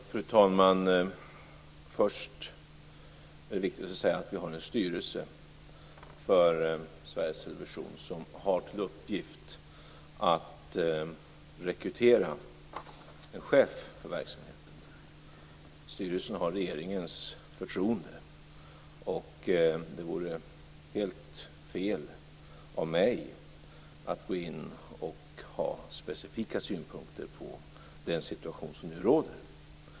Fru talman! Först är det viktigt att säga att vi har en styrelse för Sveriges Television som har till uppgift att rekrytera en chef för verksamheten. Styrelsen har regeringens förtroende, och det vore helt fel av mig att gå in och ha specifika synpunkter på den situation som nu råder.